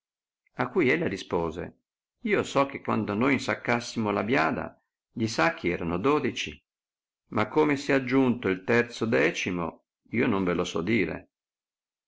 a cui ella rispose io so che quando noi insaccassimo la biada gli sacchi erano dodeci ma come sia aggiunto il terzo decimo io non ve lo so dire